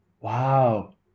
Wow